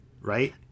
right